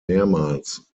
mehrmals